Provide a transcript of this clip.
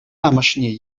амӑшне